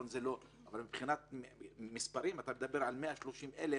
אתה מדבר על 130,000